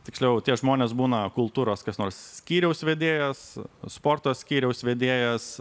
tiksliau tie žmonės būna kultūros koks nors skyriaus vedėjas sporto skyriaus vedėjas